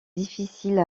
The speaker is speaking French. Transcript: difficile